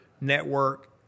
network